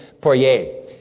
Poirier